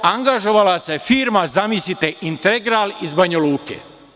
Angažovala se firma, zamislite, „Integral“ iz Banjaluke.